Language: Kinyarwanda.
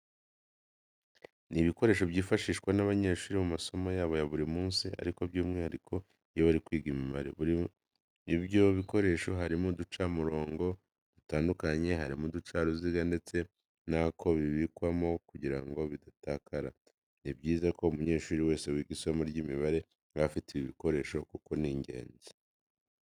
Ni ibikoresho byifashishwa n'abanyeshuri mu masomo yabo ya buri munsi ariko by'umwihariko iyo bari kwiga imibare. Muri ibyo bikoresho harimo uducamirungo dutandukanye, harimo uducaruziga ndetse n'ako bibikwamo kugira ngo bidatakara. Ni byiza ko umunyeshuri wese wiga isomo ry'imibare aba afite ibi bikoresho kuko ni ingenzi.